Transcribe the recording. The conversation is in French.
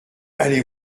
allez